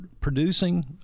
producing